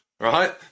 right